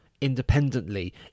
independently